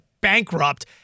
bankrupt